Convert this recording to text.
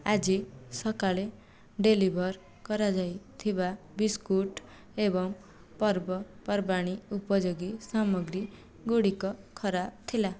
ଆଜି ସକାଳେ ଡେଲିଭର୍ କରାଯାଇଥିବା ବିସ୍କୁଟ୍ ଏବଂ ପର୍ବପର୍ବାଣି ଉପଯୋଗୀ ସାମଗ୍ରୀ ଗୁଡ଼ିକ ଖରାପ ଥିଲା